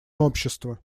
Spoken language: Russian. общества